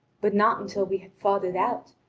but not until we had fought it out.